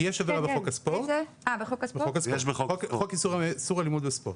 יש עבירה בחוק הספורט חוק איסור אלימות בספורט.